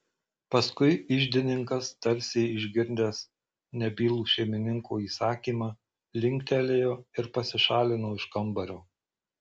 paskui iždininkas tarsi išgirdęs nebylų šeimininko įsakymą linktelėjo ir pasišalino iš kambario